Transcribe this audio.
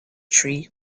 tree